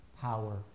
power